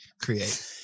create